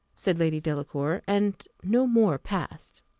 said lady delacour, and no more passed.